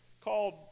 called